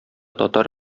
татар